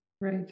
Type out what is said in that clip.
Right